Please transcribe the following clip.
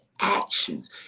actions